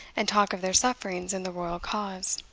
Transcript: and talk of their sufferings in the royal cause.